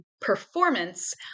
performance